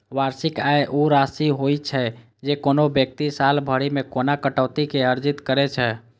वार्षिक आय ऊ राशि होइ छै, जे कोनो व्यक्ति साल भरि मे बिना कटौती के अर्जित करै छै